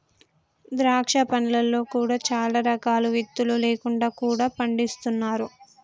ద్రాక్ష పండ్లలో కూడా చాలా రకాలు విత్తులు లేకుండా కూడా పండిస్తున్నారు